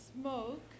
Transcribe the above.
Smoke